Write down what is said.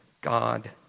God